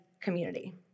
community